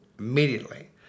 immediately